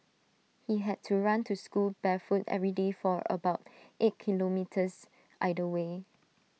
he had to run to school barefoot every day for about eight kilometres either way